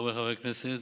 חבריי חברי הכנסת,